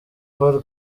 paul